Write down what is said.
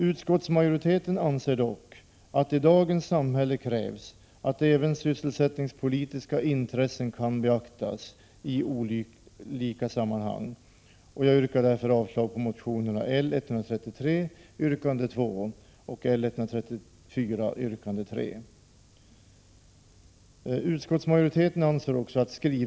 Utskottsmajoriteten anser dock att det i dagens samhälle krävs att även sysselsättningspolitiska intressen kan beaktas i olika sammanhang. Jag yrkar därför avslag på motionerna L133 yrkande 2 och L134 yrkande 3.